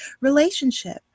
relationship